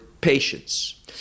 patience